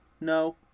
No